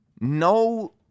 No